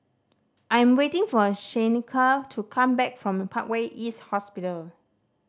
I am waiting for Shaneka to come back from Parkway East Hospital